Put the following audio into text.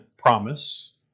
promise